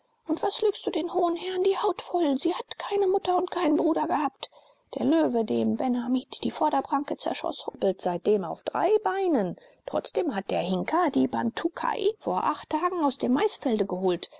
und was lügst du den hohen herren die haut voll sie hat keine mutter und keinen bruder gehabt der löwe dem ben hamid die vorderpranke zerschoß humpelt seitdem auf drei beinen trotzdem hat der hinker die bantukai vor acht tagen aus dem maisfelde geholt